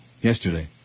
yesterday